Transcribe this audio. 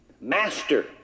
master